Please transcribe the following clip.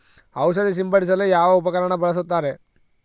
ಔಷಧಿ ಸಿಂಪಡಿಸಲು ಯಾವ ಉಪಕರಣ ಬಳಸುತ್ತಾರೆ?